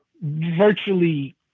virtually